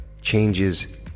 changes